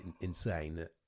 insane